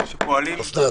אוסנת.